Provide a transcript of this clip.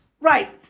Right